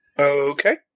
Okay